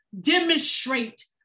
demonstrate